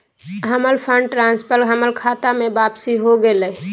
हमर fund transfer हमर खता में वापसी हो गेलय